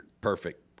Perfect